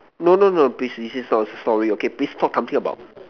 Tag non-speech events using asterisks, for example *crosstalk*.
no no no please *noise* sorry please talk something about